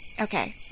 Okay